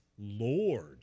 Lord